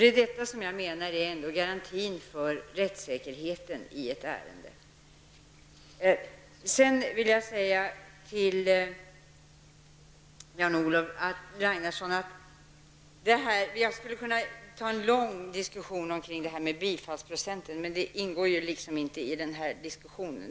Det är detta som jag menar är garantin för rättssäkerheten i ett ärende. Vi skulle kunna ha en lång diskussion om frågan om bifallsprocenten, Jan-Olof Ragnarsson. Men den frågan ingår inte i denna diskussion.